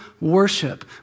worship